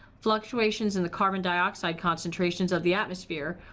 fluctuations in the carbon dioxide concentrations of the atmosphere,